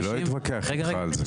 אני לא אתווכח איתך על זה.